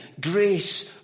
grace